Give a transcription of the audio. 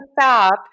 stop